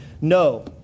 No